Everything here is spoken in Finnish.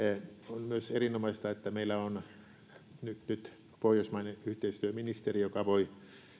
on myös erinomaista että meillä on nyt nyt pohjoismainen yhteistyöministeri joka voi